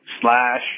Slash